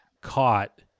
Caught